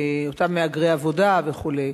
אותם מהגרי עבודה וכו'.